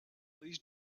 please